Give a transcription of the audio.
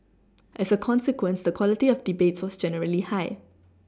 as a consequence the quality of debates was generally high